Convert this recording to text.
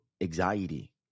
anxiety